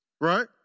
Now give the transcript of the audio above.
Right